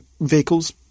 vehicles